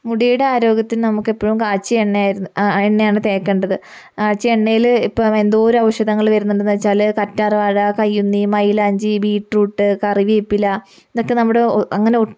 മുടിയുടെ ആരോഗ്യത്തിന് നമുക്കെപ്പോഴും കാച്ചിയ എണ്ണയായിരുന്നു എണ്ണയാണ് തേക്കേണ്ടത് കാച്ചിയ എണ്ണയിൽ ഇപ്പോൾ എന്തോരം ഔഷധങ്ങൾ വരുന്നുണ്ടെന്ന് വച്ചാൽ കറ്റാർവാഴ കയ്യോന്നി മൈലാഞ്ചി ബീറ്റ്റൂട്ട് കറിവേപ്പില ഇതൊക്കെ നമ്മുടെ അങ്ങന